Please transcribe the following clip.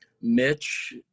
Mitch